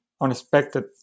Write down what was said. unexpected